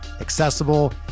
accessible